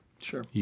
Sure